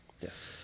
Yes